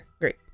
great